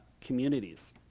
communities